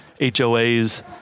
HOAs